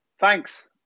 thanks